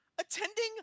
attending